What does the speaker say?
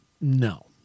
No